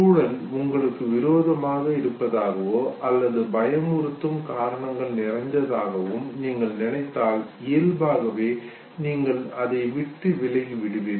சூழல் உங்களுக்கு விரோதமாக இருப்பதாகவோ அல்லது பயமுறுத்தும் காரணங்கள் நிறைந்ததாகவும் நீங்கள் நினைத்தால் இயல்பாகவே நீங்கள் அதை விட்டு விலகி விடுவீர்கள்